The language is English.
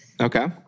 Okay